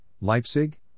Leipzig